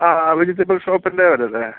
vegetable ഷോപ്പിൻ്റെ അവരല്ലേ